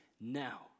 now